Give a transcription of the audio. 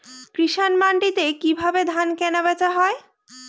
কৃষান মান্ডিতে কি ভাবে ধান কেনাবেচা হয়?